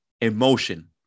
emotion